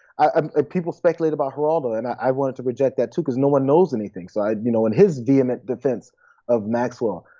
um ah people speculate about geraldo. and i wanted to reject that too cuz no one knows anything. so you know in his vehement defense of maxwell.